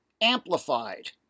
amplified